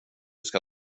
ska